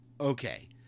Okay